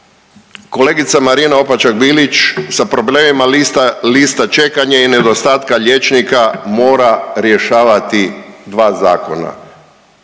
Kolegica Marina Opačak Bilić sa problemima lista čekanja i nedostatka liječnika mora rješavati dva zakona.